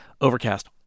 overcast